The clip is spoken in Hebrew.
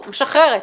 אני משחררת.